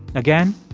again,